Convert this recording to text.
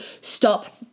stop